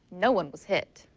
no one was hit.